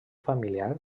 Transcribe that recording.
familiar